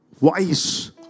wise